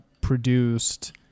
produced